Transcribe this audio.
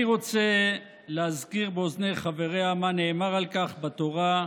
אני רוצה להזכיר באוזני חבריה מה נאמר על כך בתורה,